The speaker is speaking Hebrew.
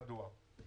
מדוע?